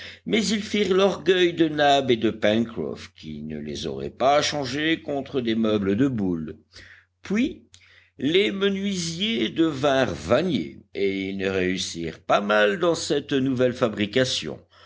mais ils firent l'orgueil de nab et de pencroff qui ne les auraient pas changés contre des meubles de boule puis les menuisiers devinrent vanniers et ils ne réussirent pas mal dans cette nouvelle fabrication